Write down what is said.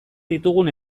ditugun